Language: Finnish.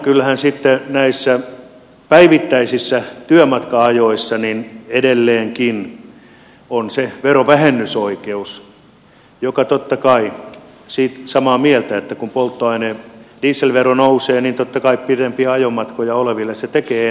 kyllähän näissä päivittäisissä työmatka ajoissa edelleenkin on se verovähennysoikeus samaa mieltä että kun polttoaineen dieselvero nousee niin totta kai pitempiä ajomatkoja oleville se tekee enemmän